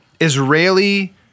Israeli-